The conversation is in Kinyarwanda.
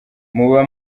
muba